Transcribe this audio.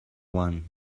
one